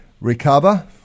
recover